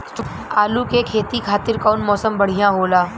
आलू के खेती खातिर कउन मौसम बढ़ियां होला?